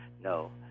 No